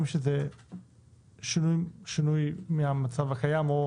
יש שינוי מהמצב הקיים או